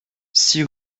six